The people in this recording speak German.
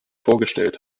vorgestellt